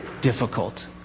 difficult